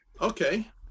okay